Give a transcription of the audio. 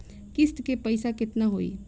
किस्त के पईसा केतना होई?